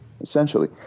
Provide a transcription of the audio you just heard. essentially